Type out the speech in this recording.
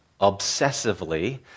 obsessively